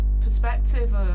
perspective